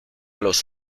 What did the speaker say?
los